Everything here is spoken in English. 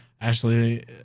Ashley